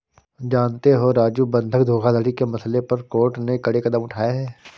जानते हो राजू बंधक धोखाधड़ी के मसले पर कोर्ट ने कड़े कदम उठाए हैं